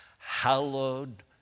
Hallowed